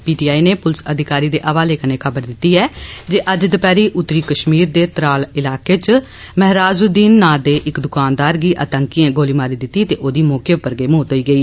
P T I नै पुलस अधिकारी दे हवाले कन्नै खॅबर दिती ऐ जे अज्ज दपैहरी उत्तरी कश्मीर दे त्राल इलाके च मेहराज उद दौन नांऽ दे इक दुकानदार गी आतंकिएं गोली मारी दिती ते औहदी मौके उप्पर गै मौत होई गेई